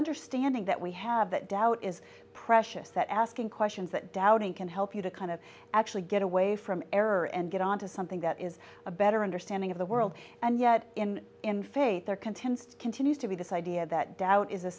under standing that we have that doubt is precious that asking questions that doubting can help you to kind of actually get away from error and get on to something that is a better understanding of the world and yet in in faith their contents continues to be decided that doubt is a